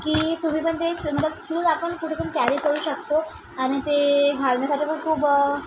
की तुम्ही पण ते शूज आपण कुठे पण कॅरी करू शकतो आणि ते घालण्यासाठी पण खूप